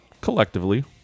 Collectively